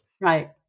Right